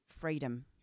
freedom